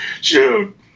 shoot